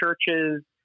churches